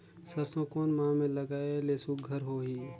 सरसो कोन माह मे लगाय ले सुघ्घर होही?